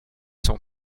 son